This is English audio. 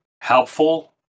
helpful